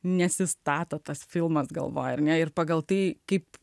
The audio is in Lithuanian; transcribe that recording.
nesistato tas filmas galvoja ar ne ir pagal tai kaip